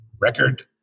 record